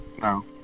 no